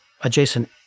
adjacent